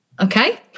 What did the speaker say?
okay